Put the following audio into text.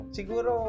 Siguro